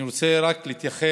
אני רוצה להתייחס